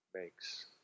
makes